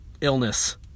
illness